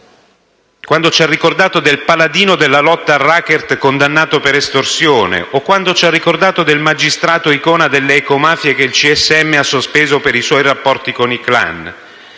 quando ci ha ricordato del paladino della lotta al *racket* condannato per estorsione, o quando ci ha ricordato del magistrato icona delle ecomafie che il CSM ha sospeso per i suoi rapporti con i *clan*.